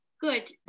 Good